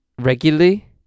regularly